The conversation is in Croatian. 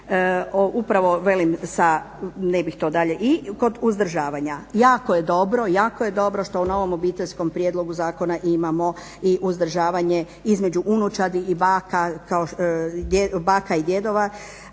i kod uzdržavanja. Jako je dobro što u novom obiteljskom prijedlogu zakona imamo i uzdržavanje između unučadi i baka i djedova,